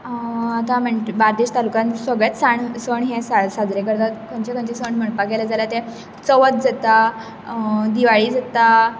आतां बार्देश तालुकांत सगळेच साण सण हे साजरे करतात खंयचे खंयचे सण म्हणपाक गेले जाल्यार ते चवथ जाता दिवाळी जाता